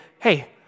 hey